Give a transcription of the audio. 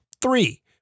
Three